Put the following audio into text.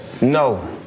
No